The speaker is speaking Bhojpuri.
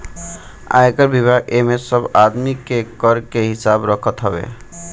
आयकर विभाग एमे सब आदमी के कर के हिसाब रखत हवे